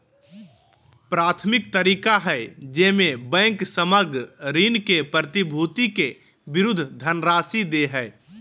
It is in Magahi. प्राथमिक तरीका हइ जेमे बैंक सामग्र ऋण के प्रतिभूति के विरुद्ध धनराशि दे हइ